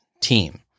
team